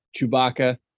chewbacca